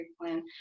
plan